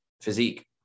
physique